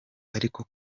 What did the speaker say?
ariko